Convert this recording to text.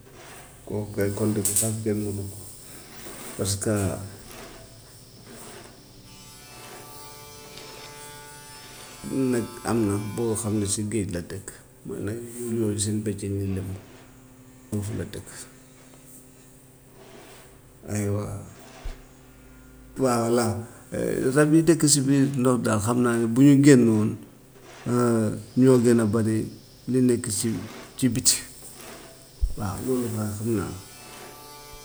Kooku kay compter ko sax kenn mënu ko parce que lu nekk am na boo xam ne si géej la dëkk. Man nag foofu la dëkk aywa waaw laa rab yi dëkk si biir ndox daal xam naa ne bu ñu génnoon ñoo gën a bari li nekk si ci bitti waaw loolu daal xam naa ko.